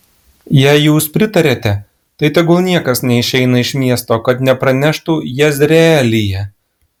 jei jūs pritariate tai tegul niekas neišeina iš miesto kad nepraneštų jezreelyje